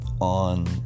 on